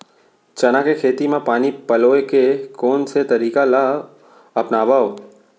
चना के खेती म पानी पलोय के कोन से तरीका ला अपनावव?